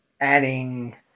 adding